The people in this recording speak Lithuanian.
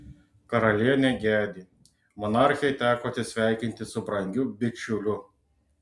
karalienė gedi monarchei teko atsisveikinti su brangiu bičiuliu